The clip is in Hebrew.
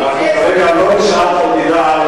אני ראיתי שאת רשומה כאן.